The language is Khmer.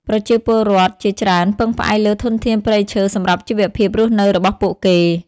ប្រជាពលរដ្ឋជាច្រើនពឹងផ្អែកលើធនធានព្រៃឈើសម្រាប់ជីវភាពរស់នៅរបស់ពួកគេ។